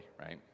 right